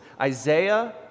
Isaiah